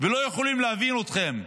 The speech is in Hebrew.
ולא יכולים להבין אתכם,